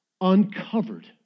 uncovered